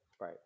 Right